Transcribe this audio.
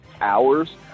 hours